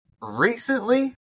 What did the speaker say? Recently